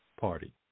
Party